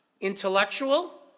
intellectual